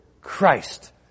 Christ